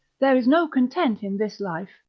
there is no content in this life,